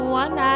one